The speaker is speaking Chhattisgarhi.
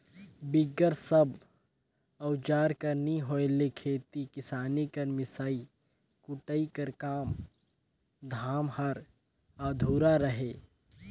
बिगर सब अउजार कर नी होए ले खेती किसानी कर मिसई कुटई कर काम धाम हर अधुरा रहें